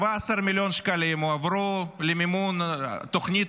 17 מיליון שקלים הועברו למימון תוכנית